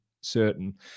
certain